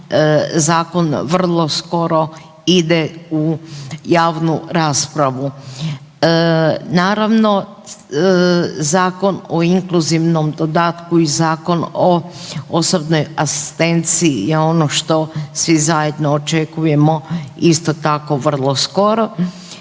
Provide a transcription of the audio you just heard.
zakon vrlo skoro ide u javnu raspravu. Naravno Zakon o inkluzivnom dodatku i Zakon o osobnoj asistenciji je ono što svi zajedno očekujemo isto tako vrlo skoro.